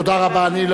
תודה רבה.